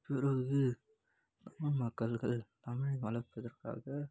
பிறகு தமிழ் மக்கள்கள் தமிழை வளர்ப்பதற்காக